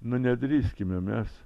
nu nedrįskime mes